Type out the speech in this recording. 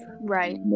Right